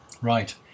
Right